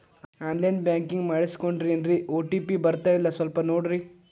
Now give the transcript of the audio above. on line banking ಮಾಡಿಸ್ಕೊಂಡೇನ್ರಿ OTP ಬರ್ತಾಯಿಲ್ಲ ಸ್ವಲ್ಪ ನೋಡ್ರಿ